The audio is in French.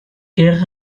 guère